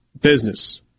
business